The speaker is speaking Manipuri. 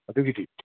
ꯑꯗꯨꯒꯤꯗꯤ